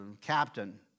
captain